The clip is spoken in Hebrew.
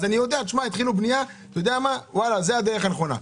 אני יודע שהתחילו בנייה וזאת הדרך הנכונה.